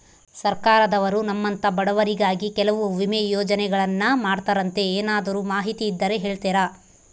ಸರ್ಕಾರದವರು ನಮ್ಮಂಥ ಬಡವರಿಗಾಗಿ ಕೆಲವು ವಿಮಾ ಯೋಜನೆಗಳನ್ನ ಮಾಡ್ತಾರಂತೆ ಏನಾದರೂ ಮಾಹಿತಿ ಇದ್ದರೆ ಹೇಳ್ತೇರಾ?